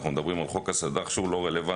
אנחנו מדברים על חוק הסד"ח שהוא לא רלוונטי.